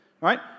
right